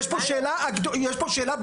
יש פה שאלה בירוקרטית.